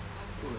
apa eh